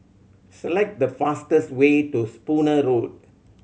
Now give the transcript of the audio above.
select the fastest way to Spooner Road